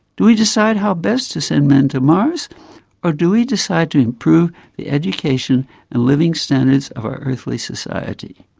do we decide how best to send men to mars or do we decide to improve the education and living standards of our earthly society?